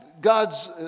God's